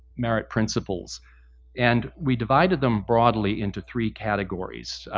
merit principles and we divided them broadly into three categories.